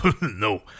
No